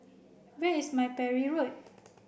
where is my Parry Road